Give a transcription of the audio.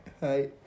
Hi